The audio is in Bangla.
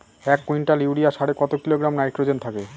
এক কুইন্টাল ইউরিয়া সারে কত কিলোগ্রাম নাইট্রোজেন থাকে?